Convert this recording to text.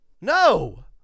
No